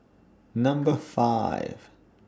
Number five